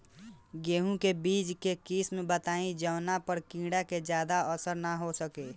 गेहूं के बीज के किस्म बताई जवना पर कीड़ा के ज्यादा असर न हो सके?